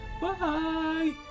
Bye